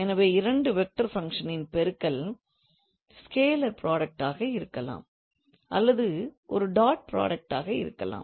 எனவே இரண்டு vector function ன் பெருக்கல் ஸ்கேலர் புராடக்ட் ஆக இருக்கலாம் அல்லது ஒரு டாட் புராடக்ட் இருக்கலாம்